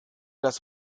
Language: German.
das